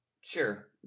Sure